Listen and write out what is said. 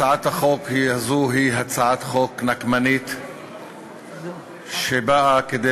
הצעת החוק הזאת היא הצעת חוק נקמנית שבאה כדי